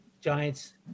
Giants